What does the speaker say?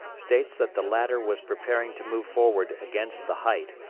states that the latter was preparing to move forward against the height,